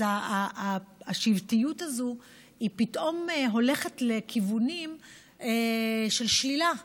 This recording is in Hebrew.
אז השבטיות הזו פתאום הולכת לכיוונים של שלילה.